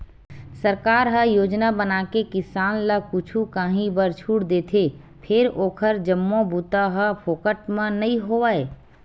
सरकार ह योजना बनाके किसान ल कुछु काही बर छूट देथे फेर ओखर जम्मो बूता ह फोकट म नइ होवय